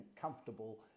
comfortable